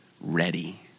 ready